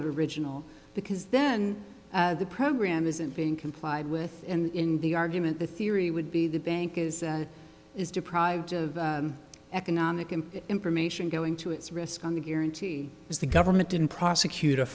of the original because then the program isn't being complied with in the argument the theory would be the bank is is deprived of economic and information going to its risk on the guarantee if the government didn't prosecut